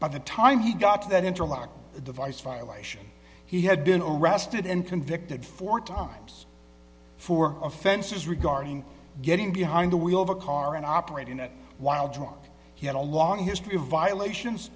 by the time he got to that interlock device violation he had been arrested and convicted four times for offenses regarding getting behind the wheel of a car and operate in a while drunk he had a long history of violations